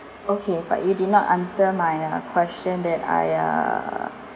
okay but you did not answer my uh question that I uh